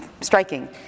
striking